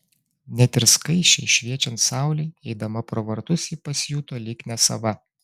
net ir skaisčiai šviečiant saulei eidama pro vartus ji pasijuto lyg nesava